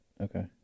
Okay